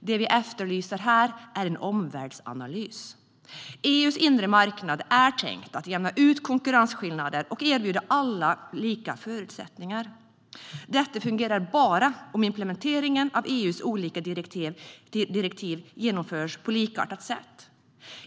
Det vi efterlyser här en omvärldsanalys. EU:s inre marknad är tänkt att jämna ut konkurrensskillnader och erbjuda alla lika förutsättningar. Detta fungerar bara om implementeringen av EU:s olika direktiv genomförs på likartat sätt.